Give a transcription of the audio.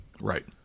Right